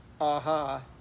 aha